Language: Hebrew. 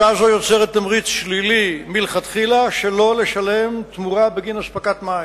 הצעה זו יוצרת תמריץ שלילי מלכתחילה שלא לשלם תמורה בגין אספקת מים.